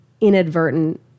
inadvertent